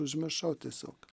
užmiršau tiesiog